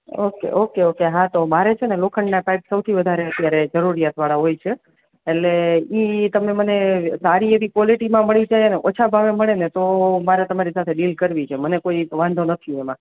okay okay હા તો મારે છેને લોખંડના પાઇપના સૌથી વધારે અત્યારે જરૂરિયાત વાળા હોય છે એલે ઇ તમે મને સારી એવી કોલેટીમાં મળી જાયે અને ઓછા ભાવે મળે ને તો મારે તમારી સાથે ડીલ કરવી છે મને કોઈ વાંધો નથી એમા